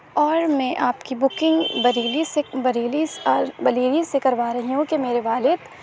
اور میں آپ کی بکنگ بریلی سے بریلی بلیری سے کروا رہی ہوں کہ میرے والد